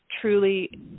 truly